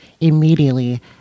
Immediately